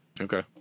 Okay